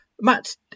Matt